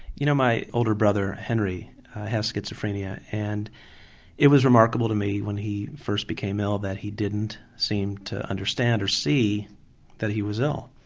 you know my older brother henry has schizophrenia and it was remarkable to me when he first became ill that he didn't seem to understand or see that he was ill.